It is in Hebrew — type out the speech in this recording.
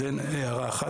זאת הערה אחת.